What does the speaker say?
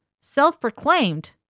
self-proclaimed